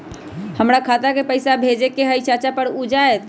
हमरा खाता के पईसा भेजेए के हई चाचा पर ऊ जाएत?